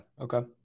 okay